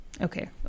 okay